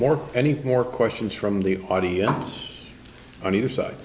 more any more questions from the audience on either side